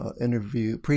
interview